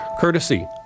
courtesy